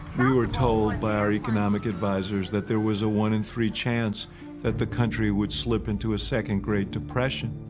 we were told by our economic advisers that there was a one-in-three chance that the country would slip into a second great depression.